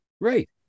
Right